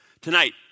tonight